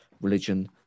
religion